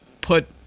put